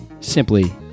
simply